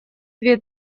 две